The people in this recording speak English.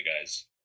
guys